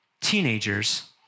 teenagers